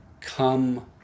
come